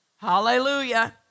Hallelujah